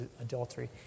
adultery